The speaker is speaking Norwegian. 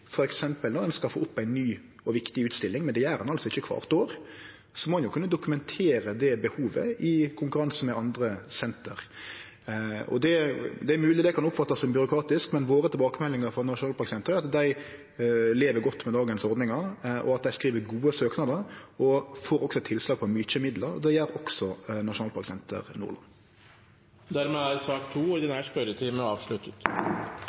når dei skal få opp ei ny og viktig utstilling, noko ein ikkje gjer kvart år, må ein kunne dokumentere behovet i konkurranse med andre senter. Det er mogleg det kan oppfattast som byråkratisk, men tilbakemeldingane vi får frå nasjonalparksentera, er at dei lever godt med dagens ordningar. Dei skriv gode søknader og får også tilslag på mykje midlar, og det gjer også Nasjonalparksenter Nordland. Dermed er sak